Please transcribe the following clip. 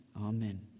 Amen